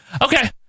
Okay